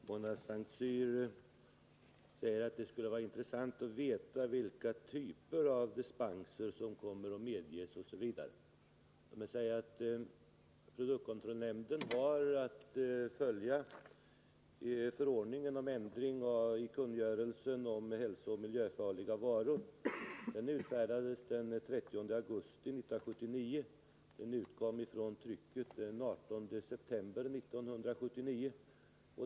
Fru talman! Mona S:t Cyr säger att att det skulle vara intressant att få veta vilka typer av dispenser som kommer att medges, osv. Låt mig säga att produktkontrollnämnden har att följa förordningen om ändring i kungörelsen om hälsooch miljöfarliga varor som utfärdades den 30 augusti 1979 och som utkom från trycket den 18 september 1979.